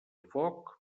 foc